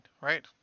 Right